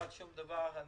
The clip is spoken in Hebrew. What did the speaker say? אני לא ממליץ על שום דבר.